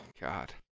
god